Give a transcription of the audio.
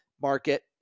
market